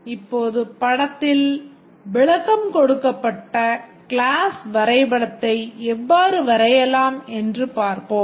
இப்போது படத்தில் விளக்கம் கொடுக்கப்பட்ட கிளாஸ் வரைபடத்தை எவ்வாறு வரையலாம் என்று பார்ப்போம்